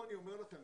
הצגנו,